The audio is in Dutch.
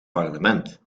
parlement